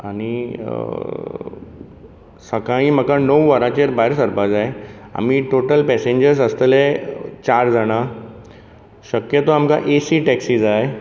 आनी सकाळी म्हाका णव वरांचेर भायर सरपाक जाय आमी टोटल पेसँजर्स आसतले चार जाणां शक्य तर आमकां एसी टॅक्सी जाय